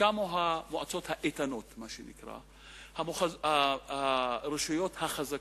קמו המועצות האיתנות, מה שנקרא, הרשויות החזקות,